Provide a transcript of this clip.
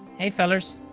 hey fellers